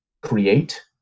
create